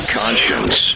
conscience